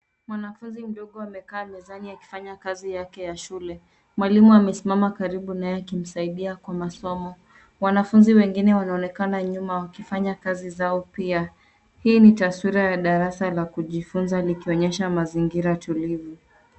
Mwanafunzi mdogo amekaa mezani akifanya kazi yake ya shule. Mwalimu amesimama karibu naye akimsaidia kwa masomo. Wanafunzi wengine wanaonekana nyuma wakifanya kazi zao pia. Hii ni taswira ya darasa la kujifunza likionyesha mazingira tulivu.